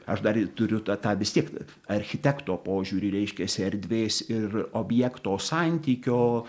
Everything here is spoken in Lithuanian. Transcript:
aš dar ir turiu tą vis tiek architekto požiūrį reiškiasi erdvės ir objekto santykio